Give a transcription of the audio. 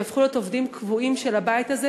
שיהפכו להיות עובדים קבועים של הבית הזה,